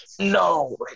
no